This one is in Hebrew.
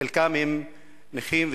חלקם נכים,